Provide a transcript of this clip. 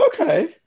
Okay